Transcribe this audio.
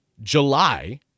July